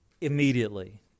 immediately